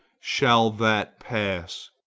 shall that pass?